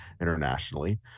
internationally